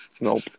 Nope